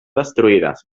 destruïdes